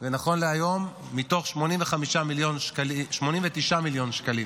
ונכון להיום, מתוך 89 מיליון שקלים